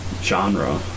Genre